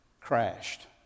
crashed